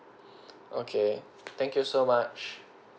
okay thank you so much